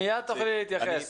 מייד תוכלי להתייחס.